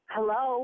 Hello